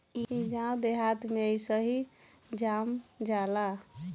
इ गांव देहात में अइसही जाम जाला